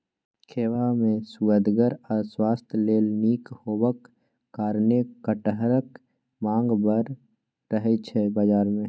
खेबा मे सुअदगर आ स्वास्थ्य लेल नीक हेबाक कारणेँ कटहरक माँग बड़ रहय छै बजार मे